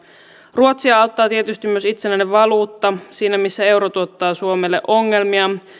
ruotsia auttaa tietysti myös itsenäinen valuutta siinä missä euro tuottaa suomelle ongelmia